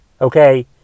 Okay